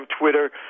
twitter